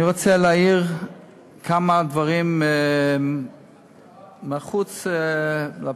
אני רוצה להעיר כמה דברים מחוץ לפרוטוקול,